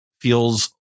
feels